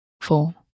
four